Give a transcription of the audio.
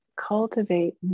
cultivate